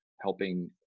helping